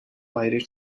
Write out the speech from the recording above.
irish